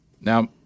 now